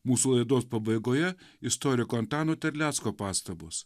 mūsų laidos pabaigoje istoriko antano terlecko pastabos